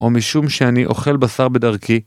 או משום שאני אוכל בשר בדרכי